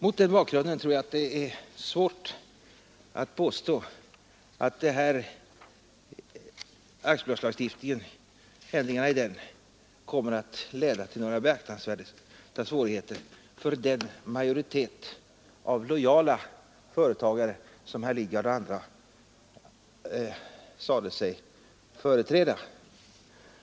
Mot den bakgrunden torde det vara svårt att påstå att ändringarna i aktiebolagslagstiftningen kommer att leda till några beaktansvärda svårigheter för den majoritet av lojala företagare som herr Lidgard och andra säger sig företräda.